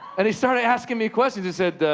and he started asking me questions. he said,